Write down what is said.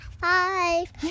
five